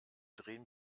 drehen